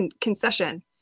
concession